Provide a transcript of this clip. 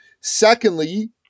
Secondly